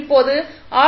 இப்போது ஆர்